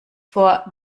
vor